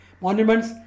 monuments